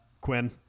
Quinn